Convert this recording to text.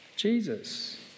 Jesus